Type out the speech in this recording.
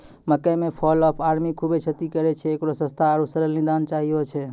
मकई मे fall of army खूबे क्षति करेय छैय, इकरो सस्ता आरु सरल निदान चाहियो छैय?